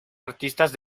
artistas